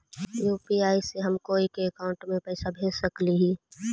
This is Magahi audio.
यु.पी.आई से हम कोई के अकाउंट में पैसा भेज सकली ही?